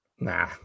Nah